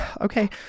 okay